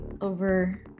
over